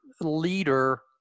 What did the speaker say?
leader